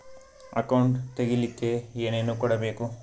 Account ತೆಗಿಲಿಕ್ಕೆ ಏನೇನು ಕೊಡಬೇಕು?